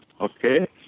okay